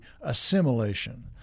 assimilation